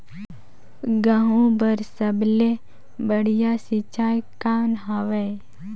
गहूं बर सबले बढ़िया सिंचाई कौन हवय?